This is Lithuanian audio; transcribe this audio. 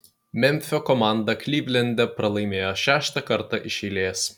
memfio komanda klivlende pralaimėjo šeštą kartą iš eilės